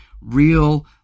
real